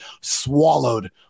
swallowed